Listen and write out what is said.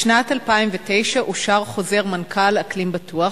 בשנת 2009 אושר חוזר מנכ"ל "אקלים בטוח",